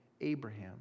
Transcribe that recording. Abraham